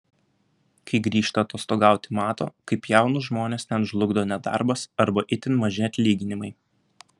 kai grįžta atostogauti mato kaip jaunus žmones ten žlugdo nedarbas arba itin maži atlyginimai